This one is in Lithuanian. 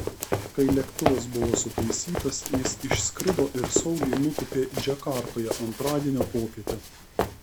kai lėktuvas buvo sutaisytas jis išskrido ir saugiai nutūpė džakartoje antradienio popietę